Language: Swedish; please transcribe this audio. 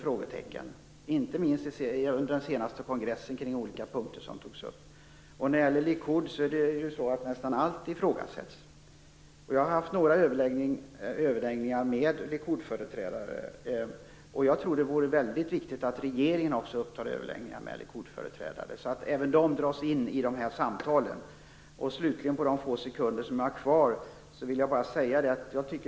Det märktes inte minst under den senaste kongressen. Inom Likud ifrågasätts nästan allt. Jag har haft överläggningar med Likudföreträdare. Jag tror att det är viktigt att regeringen också tar upp överläggningar med dem, så att de också dras in i dessa samtal.